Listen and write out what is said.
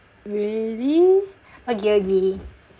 really okay okay